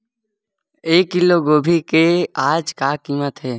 एक किलोग्राम गोभी के आज का कीमत हे?